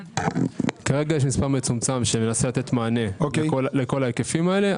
כרגע יש מספר מצומצם שמנסה לתת מענה לכל ההיקפים האלה.